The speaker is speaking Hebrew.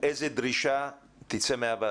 איזה דרישה תצא מהוועדה?